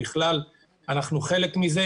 אנחנו חלק מזה.